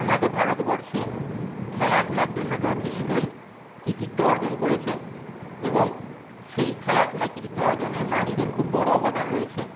আমাদের ভারতবর্ষে খেলাধুলার জন্য যথেষ্টই কৃতিত্ব অর্জন করেছে এবং সেই খেলাধুলায় কৃতিত্ব অর্জনে নারীদের খুব বড়ো অবদান রয়েছে